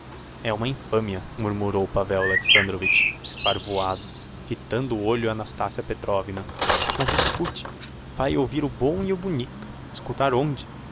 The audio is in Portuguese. é uma infamia murmurou pavel alexandrovitch esparvoado fitando olho a olho a nastassia petrovna mas escute vae ouvir o bom e o bonito escutar onde